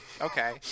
okay